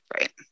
Right